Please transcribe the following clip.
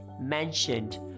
mentioned